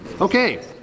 Okay